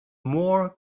more